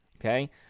Okay